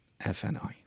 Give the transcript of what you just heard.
FNI